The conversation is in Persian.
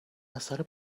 اثر